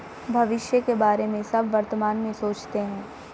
भविष्य के बारे में सब वर्तमान में सोचते हैं